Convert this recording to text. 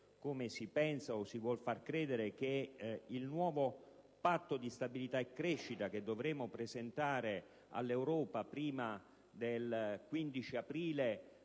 come si pensa o si vuol far credere, che il nuovo Patto di stabilità e crescita, che dovremo presentare all'Europa prima del 15 aprile,